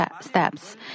steps